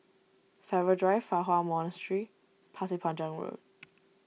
Farrer Drive Fa Hua Monastery Pasir Panjang Road